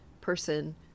person